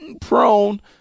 prone